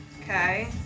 Okay